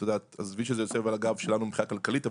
עזבי שזה יושב על הגב שלנו מבחינה כלכלית,